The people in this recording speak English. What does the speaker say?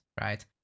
right